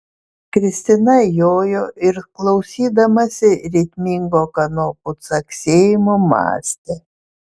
kristina jojo ir klausydamasi ritmingo kanopų caksėjimo mąstė